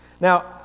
Now